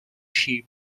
sheep